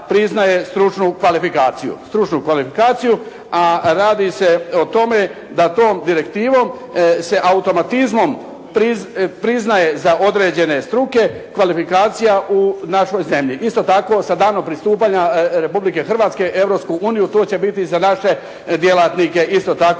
stručnu kvalifikaciju. A radi se o tome da tom direktivom se automatizmom priznaje za određene struke kvalifikacija u našoj zemlji. Isto tako sa danom pristupanja Republike Hrvatske Europskoj uniji to će biti za naše djelatnike isto tako